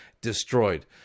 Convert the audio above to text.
destroyed